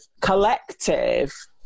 collective